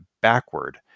backward